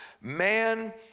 man